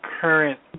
current